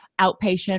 outpatient